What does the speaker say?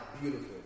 beautiful